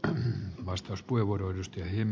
arvoisa puhemies